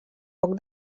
poc